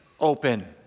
Open